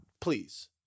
Please